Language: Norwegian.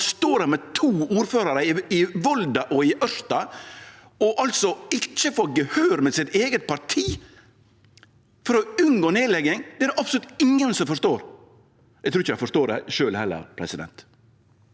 kan stå der med to ordførarar, i Volda og i Ørsta, og ikkje få gehør frå sitt eige parti for å unngå nedlegging, er det absolutt ingen som forstår. Eg trur ikkje dei forstår det sjølve heller. Så skal